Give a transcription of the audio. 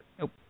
Nope